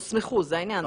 לא הוסמכו, זה העניין.